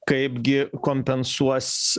kaipgi kompensuos